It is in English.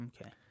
Okay